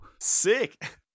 Sick